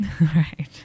Right